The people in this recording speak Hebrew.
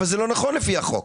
אבל זה לא נכון לפי החוק.